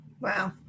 Wow